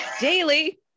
Daily